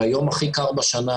ביום הכי קר בשנה,